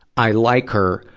i like her,